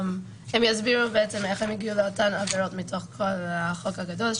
הם יסבירו בעצם איך הם הגיעו לאותן עבירות מתוך כל החוק הגדול שלהן.